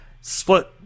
split